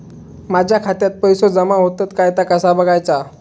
माझ्या खात्यात पैसो जमा होतत काय ता कसा बगायचा?